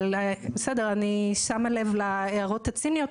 אני שמה לב להערות הציניות,